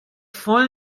voll